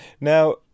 now